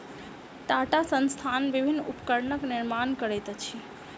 टाटा संस्थान विभिन्न उपकरणक निर्माण करैत अछि